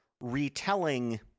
retelling